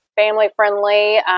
family-friendly